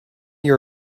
your